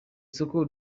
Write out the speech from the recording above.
soko